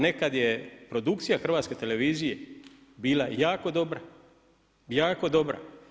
Nekad je produkcija Hrvatske televizije bila jako dobra, jako dobra.